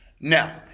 Now